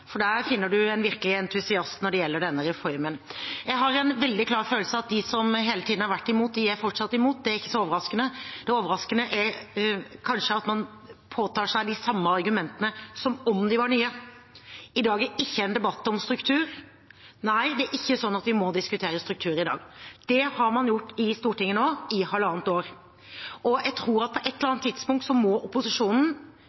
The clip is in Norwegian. for der finner man en virkelig entusiast når det gjelder denne reformen. Jeg har en veldig klar følelse av at de som hele tiden har vært imot, fortsatt er imot. Det er ikke så overraskende, det overraskende er kanskje at man påberoper seg de samme argumentene som om de var nye. Debatten i dag er ikke en debatt om struktur – det er ikke slik at vi må diskutere struktur i dag. Det har man gjort i Stortinget nå i halvannet år. Jeg tror at på et eller